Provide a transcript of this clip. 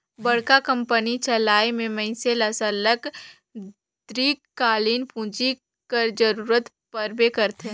बड़का कंपनी चलाए में मइनसे ल सरलग दीर्घकालीन पूंजी कर जरूरत परबे करथे